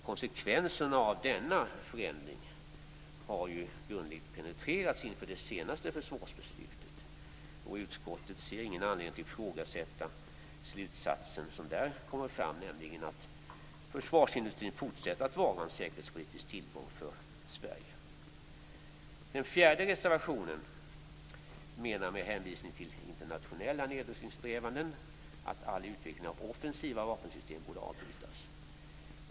Konsekvenserna av denna förändring har inför det senaste försvarsbeslutet grundligt penetrerats. Utskottet ser ingen anledning till att ifrågasätta slutsatsen som där kommer fram, nämligen att försvarsindustrin fortsätter att vara en säkerhetspolitisk tillgång för Sverige. I den fjärde reservationen menar man, med hänvisning till internationella nedrustningssträvanden, att all utveckling av offensiva vapensystem borde avbrytas.